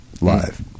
live